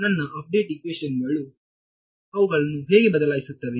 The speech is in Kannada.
ನನ್ನ ಅಪ್ಡೇಟ್ ಇಕ್ವೇಶನ್ ಗಳು ಅವುಗಳನ್ನು ಹೇಗೆ ಬದಲಾಯಿಸುತ್ತವೆ